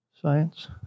Science